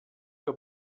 que